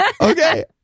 Okay